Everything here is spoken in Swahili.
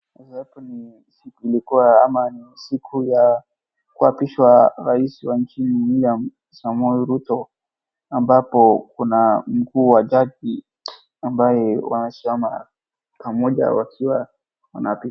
Sasa hapo ni siku ilikuwa ama ni siku ya kuapishwa rais wa nchini William Samuel Ruto ambapo kuna mkuu wa jaji ambaye wanashangaa pamoja wakiwa wana.